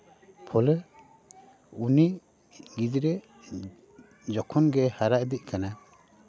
ᱯᱷᱚᱞᱮ ᱩᱱᱤ ᱜᱤᱫᱽᱨᱟᱹ ᱡᱚᱠᱷᱚᱱ ᱜᱮᱭ ᱦᱟᱨᱟ ᱤᱫᱤᱜ ᱠᱟᱱᱟ